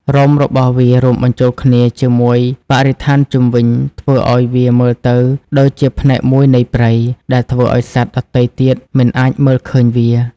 រោមរបស់វារួមបញ្ចូលគ្នាជាមួយបរិស្ថានជុំវិញ ធ្វើឲ្យវាមើលទៅដូចជាផ្នែកមួយនៃព្រៃ ដែលធ្វើឲ្យសត្វដទៃទៀតមិនអាចមើលឃើញវា។